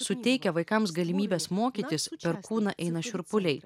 suteikia vaikams galimybes mokytis per kūną eina šiurpuliai